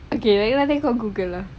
okay lain kali saya tengok google lah